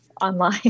online